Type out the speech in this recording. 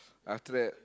after that